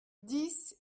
dix